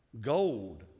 gold